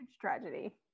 tragedy